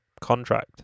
contract